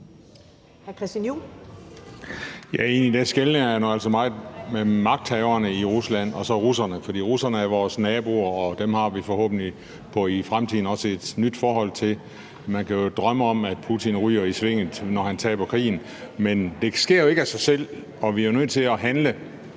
Egentlig skelner jeg altså meget mellem magthaverne i Rusland og russerne, for russerne er vores naboer, og dem har vi forhåbentlig i fremtiden også et nyt forhold til. Man kan jo drømme om, at Putin ryger i svinget, når han taber krigen, men det sker jo ikke af sig selv, og vi er nødt til at handle.